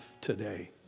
today